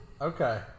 Okay